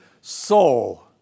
soul